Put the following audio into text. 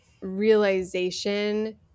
realization